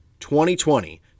2020